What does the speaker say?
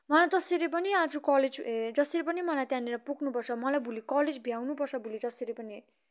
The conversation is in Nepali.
मलाई जसरी पनि आज कलेज ए जसरी पनि मलाई त्यहाँनिर पुग्नुपर्छ मलाई भोलि कलेज भ्याउनुपर्छ भोलि जसरी पनि